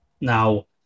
Now